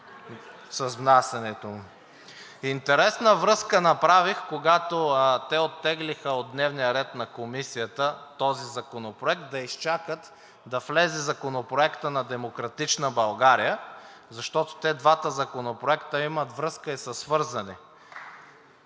с внасянето. Интересна връзка направих, когато те оттеглиха от дневния ред на Комисията този законопроект да изчакат да влезе Законопроектът на „Демократична България“, защото те двата законопроекта имат връзка и са свързани.